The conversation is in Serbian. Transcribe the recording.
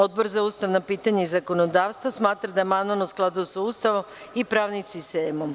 Odbor za ustavna pitanja i zakonodavstvo smatra da je amandman u skladu sa Ustavom i pravnim sistemom.